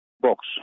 box